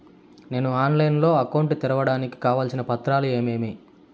నేను ఆన్లైన్ లో అకౌంట్ తెరవడానికి కావాల్సిన పత్రాలు ఏమేమి?